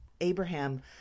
Abraham